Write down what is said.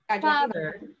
Father